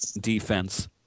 defense